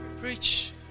Preach